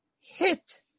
hit